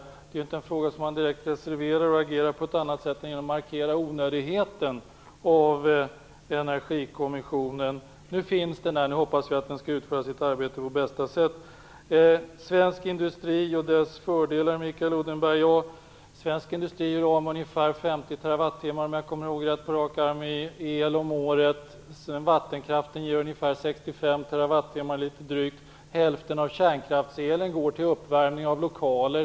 Det är inte en fråga som man direkt reserverar sig i eller agerar på annat sätt än genom att markera det onödiga i att inrätta en energikommission. Nu finns den. Vi hoppas att den skall utföra sitt arbete på bästa sätt. Svensk industri och dess fördelar talar Mikael Odenberg om. Svensk industri gör av med ungefär 50 TWh om året, om jag på rak arm kommer ihåg rätt. Vattenkraften ger litet drygt 65 TWh. Hälften av kärnkraftselen går till uppvärmning av lokaler.